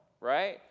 right